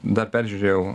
dar peržiūrėjau